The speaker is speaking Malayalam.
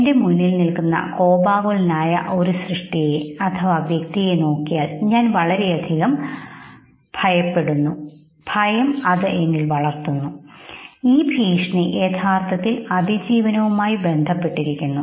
എന്റെ മുന്നിൽ നിൽക്കുന്ന കോപാകുലനായ ഒരു സൃഷ്ടിയെ വ്യക്ത്തിയെ നോക്കിയാൽ ഞാൻ വളരെയധികം ഭയം അത് എന്നിൽ വളർത്തുന്നു ഈ ഭീഷണി യഥാർത്ഥത്തിൽ അതിജീവനവുമായി ബന്ധപ്പെട്ടിരിക്കുന്നു